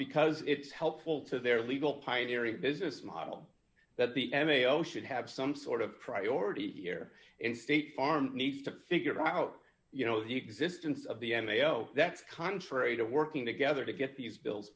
because it's helpful to their legal pioneering business model that the n a o should have some sort of priority here and state farm needs to figure out you know the existence of the n a o that's contrary to working together to get these bills